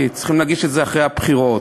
כי צריכים להגיש את זה אחרי הבחירות,